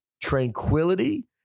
tranquility